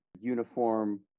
uniform